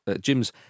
Jim's